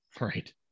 right